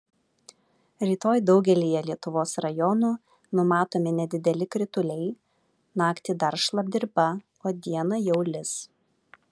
rytoj daugelyje lietuvos rajonų numatomi nedideli krituliai naktį dar šlapdriba o dieną jau lis